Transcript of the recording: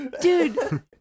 dude